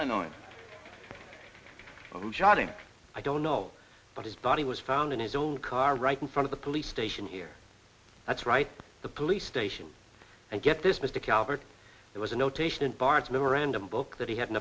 shouting i don't know but his body was found in his own car right in front of the police station here that's right the police station and get this mr calvert there was a notation in bart's memorandum book that he had an